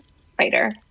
spider